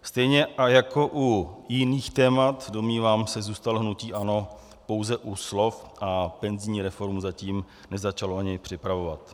Stejně jako u jiných témat, domnívám se, zůstalo hnutí ANO pouze u slov a penzijní reformu zatím nezačalo ani připravovat.